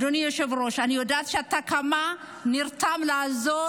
אדוני היושב-ראש, אני יודעת כמה אתה נרתם לעזור